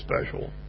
special